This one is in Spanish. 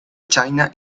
china